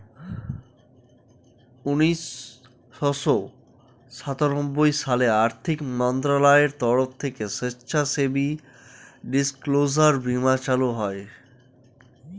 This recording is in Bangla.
উনিশশো সাতানব্বই সালে আর্থিক মন্ত্রণালয়ের তরফ থেকে স্বেচ্ছাসেবী ডিসক্লোজার বীমা চালু হয়